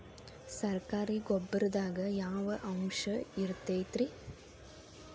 ಸರಕಾರಿ ಗೊಬ್ಬರದಾಗ ಯಾವ ಅಂಶ ಇರತೈತ್ರಿ?